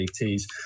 ETs